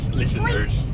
listeners